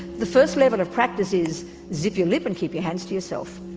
the first level of practice is zip your lip and keep your hands to yourself.